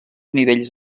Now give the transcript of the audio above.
nivells